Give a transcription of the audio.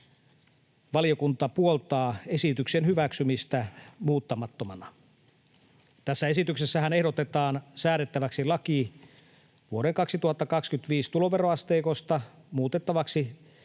valiokunta puoltaa esityksen hyväksymistä muuttamattomana. Tässä esityksessähän ehdotetaan säädettäväksi laki vuoden 2025 tuloveroasteikosta, muutettavaksi